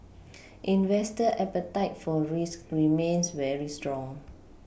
investor appetite for risk remains very strong